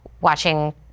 watching